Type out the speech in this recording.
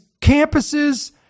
campuses